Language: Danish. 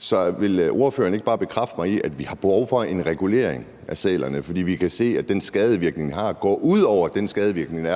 Så vil ordføreren ikke bare bekræfte mig i, at vi har behov for en regulering af sælerne? For vi kan se, at den skadevirkning, de har, rækker ud over den skadevirkning,